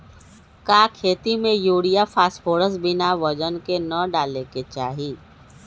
का खेती में यूरिया फास्फोरस बिना वजन के न डाले के चाहि?